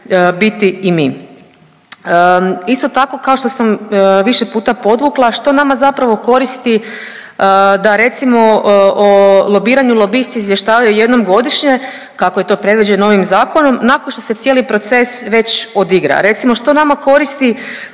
biti i mi. Isto tako, kao što sam više puta podvukla, što nama zapravo koristi da recimo o lobiranju lobisti izvještavaju jednom godišnje, kako je to predviđeno ovim zakonom, nakon što se cijeli proces već odigra. Recimo, što nama koristi